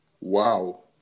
Wow